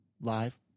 live